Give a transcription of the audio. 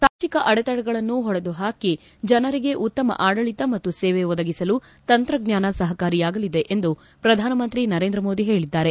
ಸಾಮಾಜಿಕ ಅಡೆತಡೆಗಳನ್ನು ಹೊಡೆದುಹಾಕಿ ಜನರಿಗೆ ಉತ್ತಮ ಆಡಳಿತ ಮತ್ತು ಸೇವೆ ಒದಗಿಸಲು ತಂತ್ರಜ್ಞಾನ ಸಹಕಾರಿಯಾಗಲಿದೆ ಎಂದು ಪ್ರಧಾನಮಂತ್ರಿ ನರೇಂದ್ರ ಮೋದಿ ಹೇಳಿದ್ಗಾರೆ